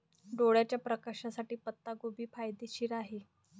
डोळ्याच्या प्रकाशासाठी पत्ताकोबी फायदेशीर आहे